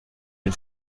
den